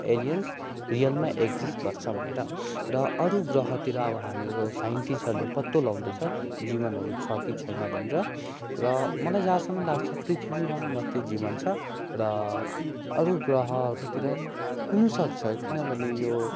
aliens रियलमा exist गर्छ भनेर र अरू ग्रहतिर अब हाम्रो साइन्टिसहरूले पत्तो लाउँदैछ जीवनहरू छ कि छैन भनेर र मलाई जहाँसम्म लाग्छ पृथ्वीमा मात्रै जीवन छ र अरू ग्रहहरूतिर पनि हुनुसक्छ किनभने यो